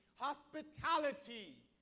Hospitality